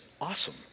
awesome